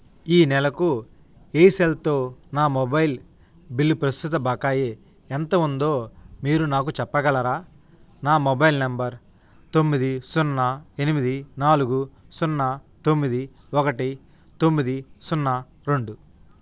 ఈ నెలకు ఈసెల్తో నా మొబైల్ బిల్లు ప్రస్తుత బకాయి ఎంత ఉందో మీరు నాకు చెప్పగలరా నా మొబైల్ నంబర్ తొమ్మిది సున్నా ఎనిమిది నాలుగు సున్నా తొమ్మిది ఒకటి తొమ్మిది సున్నా రెండు